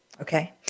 Okay